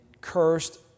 cursed